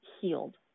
healed